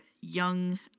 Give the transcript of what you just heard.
young